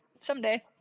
someday